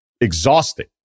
exhausting